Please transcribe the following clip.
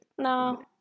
No